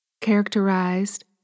characterized